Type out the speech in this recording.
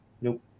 nope